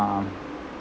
uh